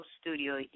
studio